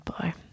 boy